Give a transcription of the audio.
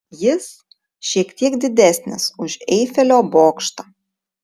jis šiek tiek didesnis už eifelio bokštą